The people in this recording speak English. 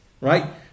Right